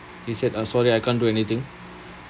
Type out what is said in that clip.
he said uh sorry I can't do anything